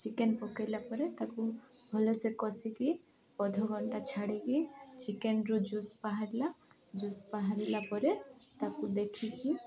chicken ପକେଇଲା ପରେ ତାକୁ ଭଲସେ କସିକି ଅଧଘଣ୍ଟା ଛାଡ଼ିକି ଚିକେନ୍ରୁ ଜୁସ୍ ବାହାରିଲା ଜୁସ୍ ବାହାରିଲା ପରେ ତାକୁ ଦେଖିକି